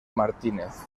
martínez